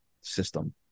system